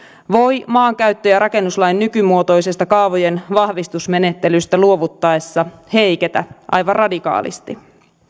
voivat maankäyttö ja rakennuslain nykymuotoisesta kaavojen vahvistusmenettelystä luovuttaessa heiketä aivan radikaalisti